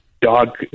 dog